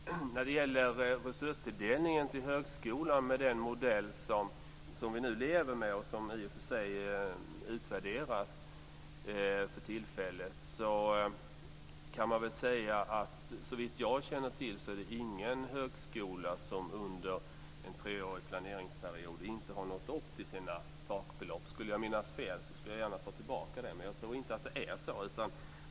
Herr talman! När det gäller resurstilldelningen till högskolan med den modell som vi nu lever med, som i och för sig utvärderas för tillfället, är det såvitt jag känner till ingen högskola som under en treårig planeringsperiod inte har nått upp till sitt toppbelopp. Skulle jag minnas fel tar jag gärna tillbaka det. Men jag tror inte att det är så.